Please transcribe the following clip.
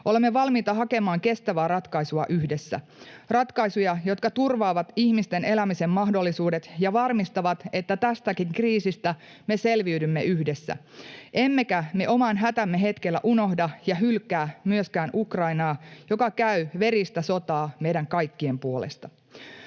Olemme valmiita hakemaan kestävää ratkaisua yhdessä — ratkaisuja, jotka turvaavat ihmisten elämisen mahdollisuudet ja varmistavat, että tästäkin kriisistä me selviydymme yhdessä. Emmekä me oman hätämme hetkellä unohda ja hylkää myöskään Ukrainaa, joka käy veristä sotaa meidän kaikkien puolesta.